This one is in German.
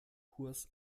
kurs